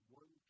one